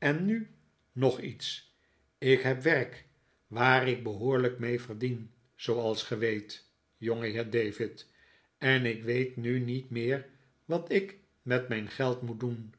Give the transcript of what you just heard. en nu nog iets ik heb werk waar ik behoorlijk mee verdien zooals ge weet jongeheer david en ik weet nu niet meer wat ik met mijn geld moet doen